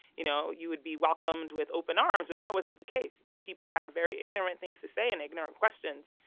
you know, you would be welcomed with open arms, but that wasn't the case. you know, people had very ignorant things to say and ignorant questions.